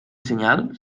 senyal